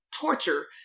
torture